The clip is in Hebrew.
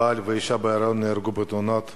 בעל ואשה בהיריון נהרגו בתאונת